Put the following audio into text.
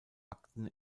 akten